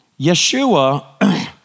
Yeshua